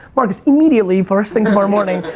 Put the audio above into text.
marcus, immediately first thing tomorrow morning,